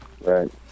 Right